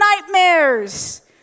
nightmares